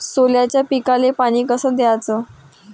सोल्याच्या पिकाले पानी कस द्याचं?